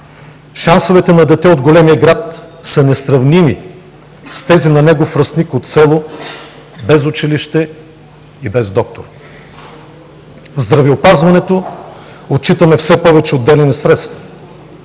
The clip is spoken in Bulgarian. Шансовете на дете от големия град са несравними с тези на негов връстник от село – без училище и без доктор. В здравеопазването отчитаме все повече отделени средства,